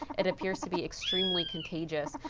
it appears to be extremely contagious.